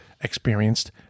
experienced